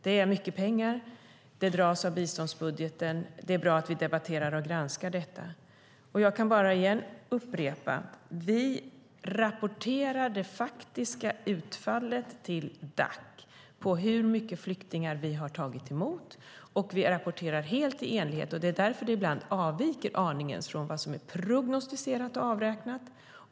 Det är mycket pengar, det dras av biståndsbudgeten och det är bra att vi debatterar och granskar det. Jag kan bara upprepa att vi rapporterar till Dac det faktiska utfallet av hur många flyktingar vi har tagit emot, och vi rapporterar helt i enlighet med reglerna. Därför avviker det vi lämnar in till Dac en aning ibland från vad som är prognostiserat att avräknas.